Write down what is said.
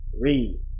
Read